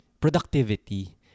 productivity